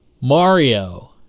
Mario